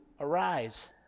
arise